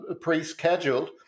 pre-scheduled